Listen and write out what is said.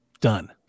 done